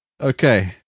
Okay